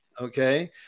okay